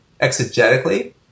exegetically